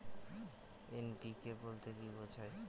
NPK বলতে কী বোঝায়?